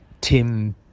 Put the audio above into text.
Tim